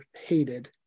hated